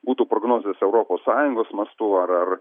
būtų prognozės europos sąjungos mastu ar ar